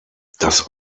das